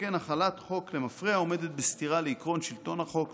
שכן החלת חוק למפרע עומדת בסתירה לעיקרון שלטון החוק,